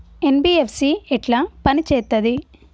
NBFC ఎట్ల పని చేత్తది?